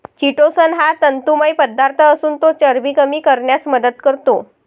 chitosan हा तंतुमय पदार्थ असून तो चरबी कमी करण्यास मदत करतो